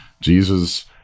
Jesus